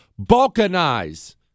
balkanize